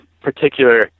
particular